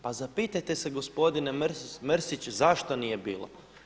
Pa zapitajte se gospodine Mrsić zašto nije bilo.